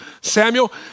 Samuel